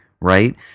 right